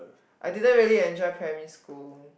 I didn't really enjoy primary school